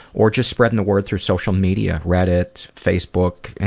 or just spreading the word through social media, reddit, facebook,